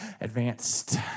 advanced